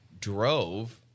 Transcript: drove